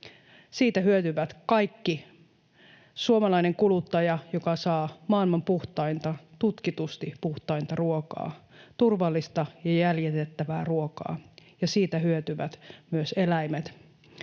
Siitä hyötyvät kaikki. Suomalainen kuluttaja saa maailman puhtainta — tutkitusti puhtainta — ruokaa, turvallista ja jäljitettävää ruokaa. Siitä hyötyvät myös eläimet,